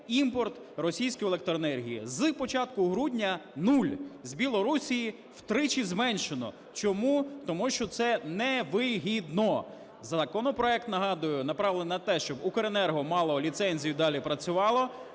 імпорт російської електроенергії. З початку грудня - нуль, з Білорусії – втричі зменшено. Чому? Тому що це не вигідно. Законопроект, нагадую, направлений на те, щоб "Укренерго" мало ліцензію і далі працювало,